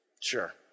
Sure